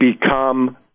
become